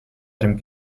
dem